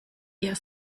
ihr